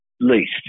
least